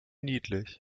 niedlich